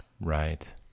right